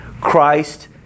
Christ